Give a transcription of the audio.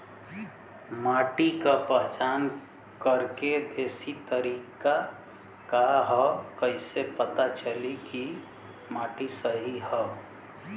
माटी क पहचान करके देशी तरीका का ह कईसे पता चली कि माटी सही ह?